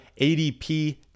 ADP